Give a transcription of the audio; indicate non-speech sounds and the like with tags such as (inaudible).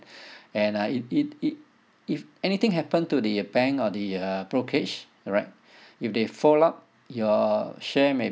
(breath) and uh it it it if anything happened to the bank or the uh brokerage right if they fall up your share